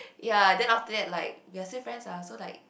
ya then after that like we're still friends ah so like